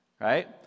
right